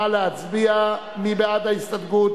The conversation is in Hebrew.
נא להצביע, מי בעד ההסתייגות?